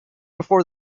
before